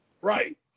Right